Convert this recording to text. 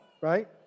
right